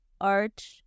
art